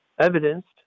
evidenced